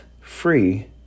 free